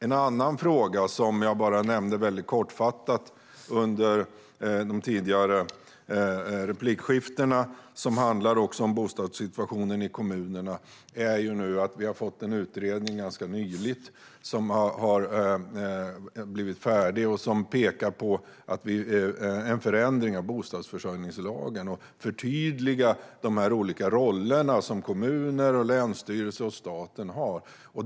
En annan fråga som jag nämnde kortfattat under de tidigare replikskiftena och som handlar om bostadssituationen i kommunerna är att vi har fått en utredning som blev färdig ganska nyligen och som pekar på en förändring av bostadsförsörjningslagen och förtydligande av de olika roller som kommun, länsstyrelse och stat har.